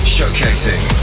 Showcasing